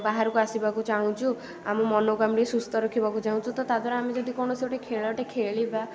ବାହାରକୁ ଆସିବାକୁ ଚାହୁଁଛୁ ଆମ ମନକୁ ଆମେ ଟିକେ ସୁସ୍ଥ ରଖିବାକୁ ଚାହୁଁଛୁ ତ ତା ଦ୍ୱାରା ଆମେ ଯଦି କୌଣସି ଗୋଟେ ଖେଳଟେ ଖେଳିବା